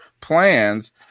plans